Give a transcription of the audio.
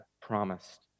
promised